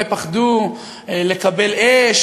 אולי פחדו לקבל אש,